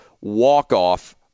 walk-off